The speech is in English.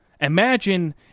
Imagine